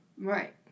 Right